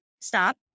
stop